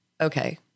okay